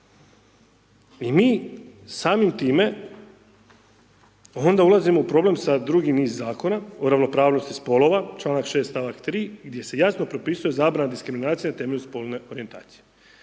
I mi samim time onda ulazimo u problem sa drugim niz Zakona o ravnopravnosti spolova čl. 6. st. 3. gdje se jasno propisuje zabrana diskriminacije na temelju spolne orijentacije.